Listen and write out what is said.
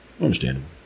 Understandable